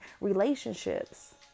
relationships